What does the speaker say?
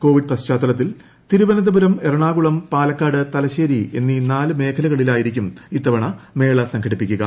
Covid പശ്ചാത്തലത്തിൽ തിരുവനന്തപുരം എറണാകുളം പാലക്കാട് തലശ്ശേരി എന്നീ നാലു മേഖലകളിലായി ആയിരിക്കും ഇത്തവണ മേള സംഘടിപ്പിക്കുക